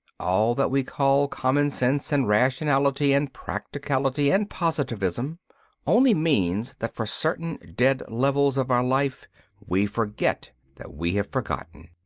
all that we call common sense and rationality and practicality and positivism only means that for certain dead levels of our life we forget that we have forgotten.